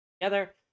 together